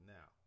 Now